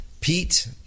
Pete